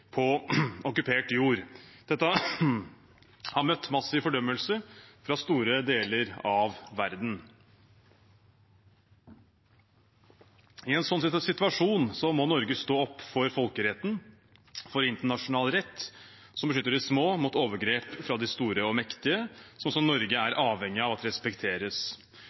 på okkupert jord. Dette har møtt massiv fordømmelse fra store deler av verden. I en sånn situasjon må Norge stå opp for folkeretten, for internasjonal rett som beskytter de små mot overgrep fra de store og mektige, som Norge er avhengig av at respekteres.